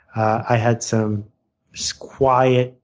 i had some so quiet,